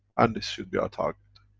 and this should be our target.